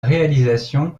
réalisation